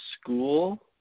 school